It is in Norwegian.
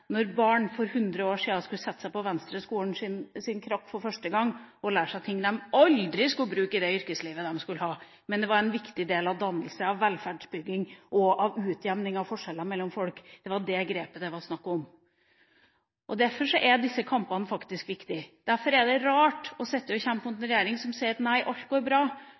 barn for 100 år siden, som skulle sette seg på Venstre-skolens krakk for første gang og lære seg ting de aldri skulle bruke i det yrkeslivet de skulle ha, men som var en viktig del av dannelsen, av velferdsbygging og av utjevning av forskjeller mellom folk. Det var det grepet det var snakk om. Derfor er disse kampene faktisk viktige. Derfor er det rart å kjempe mot en regjering som sier at alt går bra,